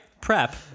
prep